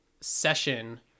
session